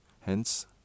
Hence